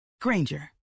Granger